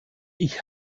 ich